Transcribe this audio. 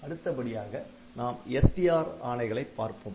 அடுத்தபடியாக நாம் STR ஆணைகளை பார்ப்போம்